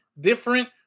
different